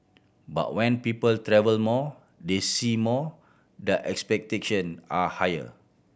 but when people travel more they see more their expectation are higher